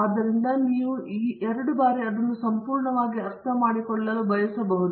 ಆದ್ದರಿಂದ ನೀವು ಈ ಎರಡು ಬಾರಿ ಅದನ್ನು ಸಂಪೂರ್ಣವಾಗಿ ಅರ್ಥಮಾಡಿಕೊಳ್ಳಲು ಬಯಸಬಹುದು